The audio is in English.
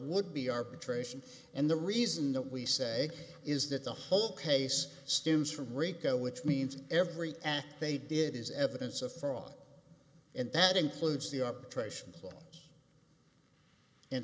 would be arbitration and the reason that we say is that the whole case stems from rico which means every act they did is evidence of fraud and that includes the up traditional and